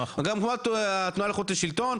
גם התנועה לאיכות השלטון,